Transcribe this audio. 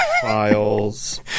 files